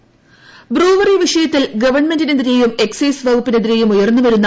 Ramakrishnan brewery വിഷയത്തിൽ ഗവൺമെന്റിന്റെതിരെയും excise വകുപ്പിനെതിരെയും ഉയർന്നുവരുന്നു